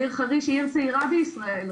העיר חריש היא עיר צעירה בישראל,